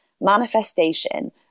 manifestation